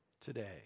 today